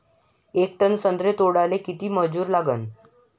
येक टन संत्रे तोडाले किती मजूर लागन?